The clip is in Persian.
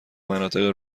مناطق